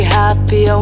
happy